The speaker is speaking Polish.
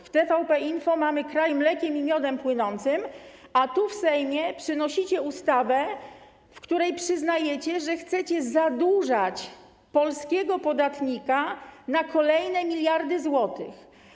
W TVP Info mamy kraj mlekiem i miodem płynący, a do Sejmu przynosicie ustawę, w której przyznajecie, że chcecie zadłużać polskiego podatnika na kolejne miliardy złotych.